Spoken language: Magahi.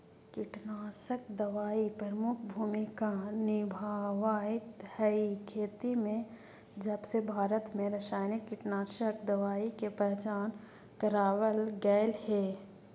कीटनाशक दवाई प्रमुख भूमिका निभावाईत हई खेती में जबसे भारत में रसायनिक कीटनाशक दवाई के पहचान करावल गयल हे